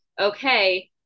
okay